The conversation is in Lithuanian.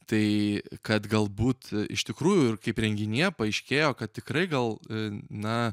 tai kad galbūt iš tikrųjų ir kaip renginyje paaiškėjo kad tikrai gal na